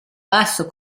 basso